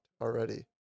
already